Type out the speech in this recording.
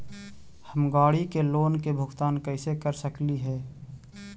हम गाड़ी के लोन के भुगतान कैसे कर सकली हे?